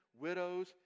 widows